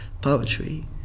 poetry